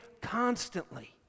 constantly